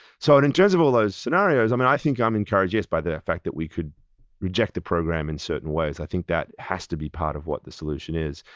so but in terms of all those scenarios, i mean i think i'm encouraged, yes, by the fact that we could reject the program in certain ways. i think that has to be part of what the solution is.